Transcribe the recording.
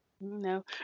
No